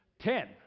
Ten